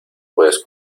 puedes